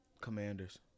Commanders